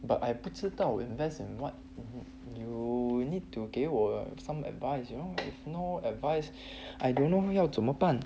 but I 不知道 invest in what you need to 给我 some advice you know if no advice I don't know 要怎么办